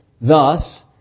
Thus